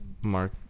Mark